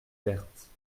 berthe